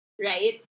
right